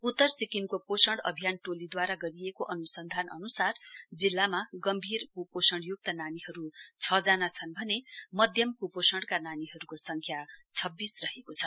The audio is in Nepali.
उत्तर सिक्किमको पोषण अभियान टोलीद्वारा गरिएको अन्सन्धान अन्सार जिल्लामा गम्भीर कुपोष युक्त नानीहरू छ जना छन् भने मध्यम कुपोषणका नानीहरूको संख्या छब्वीस रहेको छ